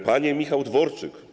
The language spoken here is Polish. Panie Michale Dworczyk!